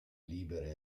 libere